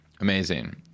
Amazing